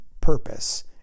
purpose